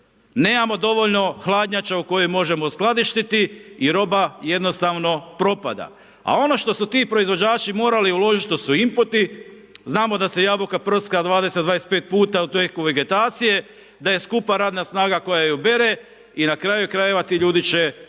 Nemamo dovoljno hladnjača u koje možemo skladištiti i roba jednostavno propada. A ono što su ti proizvođači morali uložiti, to su inputi, znamo da se jabuka prska 20-25 puta u tijeku vegetacije, da je skupa radna snaga koja ju bere i na kraju-krajeva ti ljudi će bilježiti